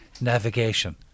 Navigation